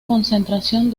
concentración